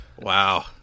Wow